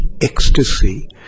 ecstasy